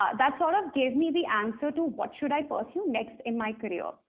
ah that sort of gave me the answer to what should i pursue next in my career.